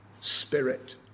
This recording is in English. spirit